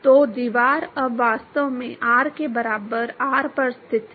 तो दीवार अब वास्तव में r के बराबर r पर स्थित है